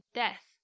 death